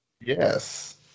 Yes